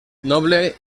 noble